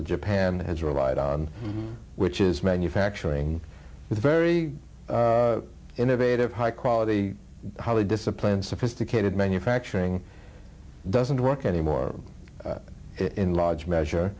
that japan has relied on which is manufacturing with very innovative high quality highly disciplined sophisticated manufacturing doesn't work anymore in large measure